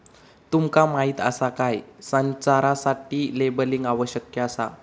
तुमका माहीत आसा काय?, संचारासाठी लेबलिंग आवश्यक आसा